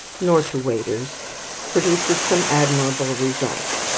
nor to waiters produces some admirable results,